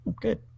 Good